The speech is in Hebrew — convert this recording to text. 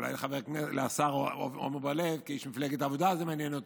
אולי את השר עמר בר לב כאיש מפלגת העבודה זה מעניין.